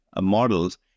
models